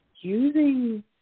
using